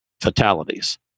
fatalities